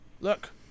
look